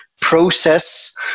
process